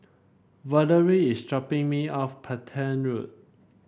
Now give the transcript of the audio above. Valerie is dropping me off Petain Road